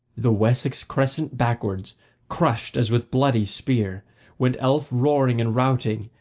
the wessex crescent backwards crushed, as with bloody spear went elf roaring and routing,